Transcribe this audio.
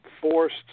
forced